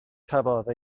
cafodd